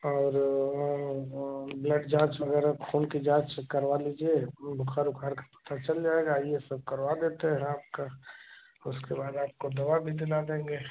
और ब्लड जाँच वग़ैरह खून की जाँच करवा लीजिए बुख़ार उखार का पता चल जाएगा यह सब करवा देते हैं आपका उसके बाद आपको दवा भी दिला देंगे